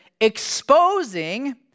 exposing